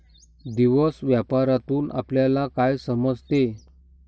दिवस व्यापारातून आपल्यला काय समजते